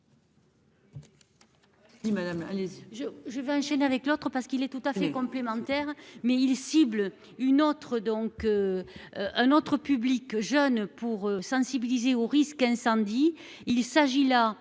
Je vais avec l'autre parce qu'il est tout à fait complémentaires mais il cible une autre donc. Un autre public jeune pour sensibiliser au risque incendie.